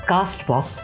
Castbox